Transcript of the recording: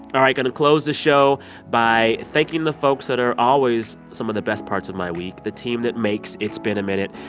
all right, going to close the show by thanking the folks that are always some of the best parts of my week, the team that makes it's been a minute.